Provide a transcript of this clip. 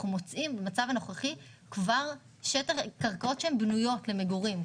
אנחנו מוצאים במצב הנוכחי קרקעות שהן בנויות למגורים.